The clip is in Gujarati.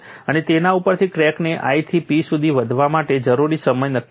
અને તેના ઉપરથી ક્રેકને i થી p સુધી વધવા માટે જરૂરી સમય નક્કી કરો